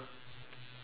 two